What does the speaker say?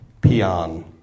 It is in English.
Peon